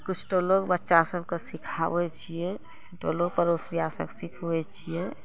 किछु टोलो लोग बच्चा सबके सिखाबै छियै टोलो पड़ोसिआ सब सिखबै छियै